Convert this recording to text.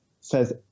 says